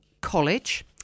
College